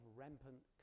rampant